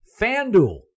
FanDuel